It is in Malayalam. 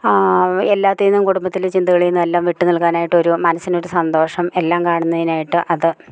എല്ലാത്തിൽ നിന്നും കുടുംബത്തില് ചിന്തകളിൽ നിന്നെല്ലാം വിട്ട് നിൽക്കാനായിട്ട് ഒരു മനസ്സിനൊരു സന്തോഷം എല്ലാം കാണുന്നതിനായിട്ട് അത്